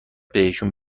بهشون